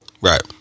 right